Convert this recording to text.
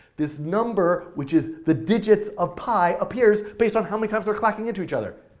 this number which is the digits of pi appears based on how many times they're clacking into each other,